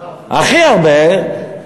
הכי הרבה,